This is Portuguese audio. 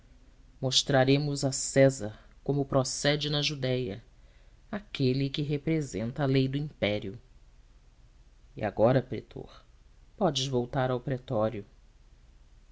mostraremos a césar como procede na judéia aquele que representa a lei do império e agora pretor podes voltar ao pretório